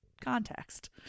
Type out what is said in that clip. context